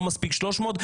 לא מספיק 300,